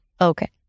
Okay